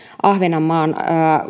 ahvenanmaan